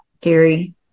Gary